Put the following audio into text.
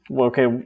Okay